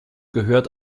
gehört